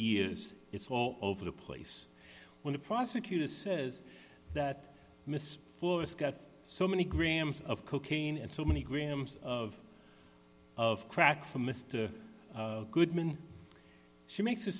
years it's all over the place when the prosecutor says that mr forrest got so many grams of cocaine and so many grams of of crack for mr goodman she makes a